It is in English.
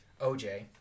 OJ